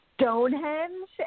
Stonehenge